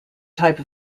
type